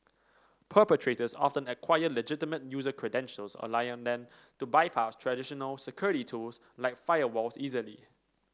perpetrators often acquire legitimate user credentials allowing them to bypass traditional security tools like firewalls easily